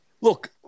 Look